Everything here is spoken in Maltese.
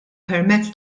permezz